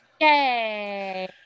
yay